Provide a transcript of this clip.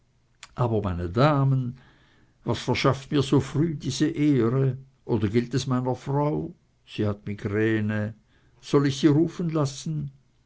aber meine damen was verschafft mir so früh diese ehre oder gilt es meiner frau sie hat ihre migräne soll ich sie rufen lassen